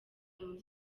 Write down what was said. muri